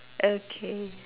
okay